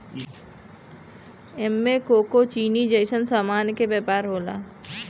एमे कोको चीनी जइसन सामान के व्यापार होला